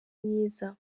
myiza